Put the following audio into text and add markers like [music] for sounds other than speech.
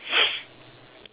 [noise]